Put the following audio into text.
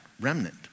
remnant